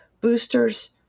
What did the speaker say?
boosters